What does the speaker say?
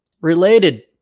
Related